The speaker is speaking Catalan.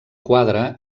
quadre